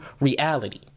reality